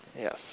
Yes